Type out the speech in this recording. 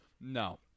No